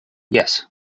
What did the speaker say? yes